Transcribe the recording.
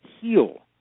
heal